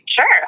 Sure